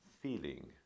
feeling